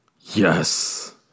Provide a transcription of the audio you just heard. yes